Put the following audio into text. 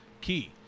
key